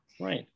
right